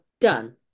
done